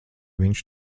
viņš